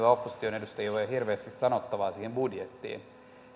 opposition edustajilla ei ole hirveästi sanottavaa siihen budjettiin